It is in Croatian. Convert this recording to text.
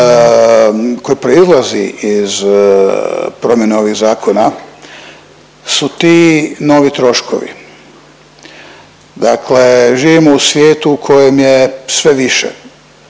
koji proizlazi iz promjene ovih zakona su ti novi troškovi. Dakle, živimo u svijetu u kojem je sve više